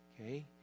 Okay